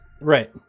right